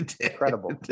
Incredible